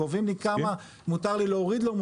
קובעים לי כמה מותר לי להוריד לו,